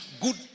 good